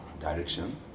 direction